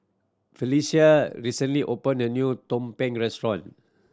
Felicie recently opened a new tumpeng restaurant